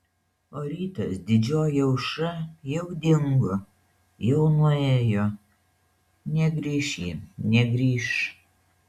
o rytas didžioji aušra jau dingo jau nuėjo negrįš ji negrįš